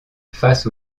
face